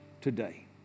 today